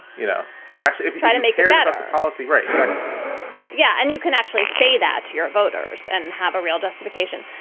you know, rash, if you try to make radical policy. right, exactly yeah. and you can actually say that to your voters and have a real justification.